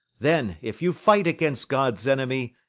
then, if you fight against god's enemy,